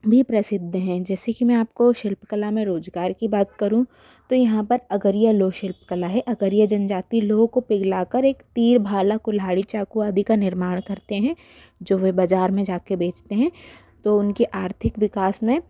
भी प्रसिद्ध हैं जैसे कि मैं आप को शिल्पकला में रोज़गार की बात करूँ तो यहाँ पर अगरिया लोह शिल्पकला है अगरिया जनजाति लोह को पिघला कर एक तीर भाला कुल्हाड़ी चाकू आदि का निर्माण करते हैं जो वे बाज़ार में जा के बेचते हैं तो उनके आर्थिक विकास में